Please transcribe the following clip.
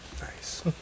nice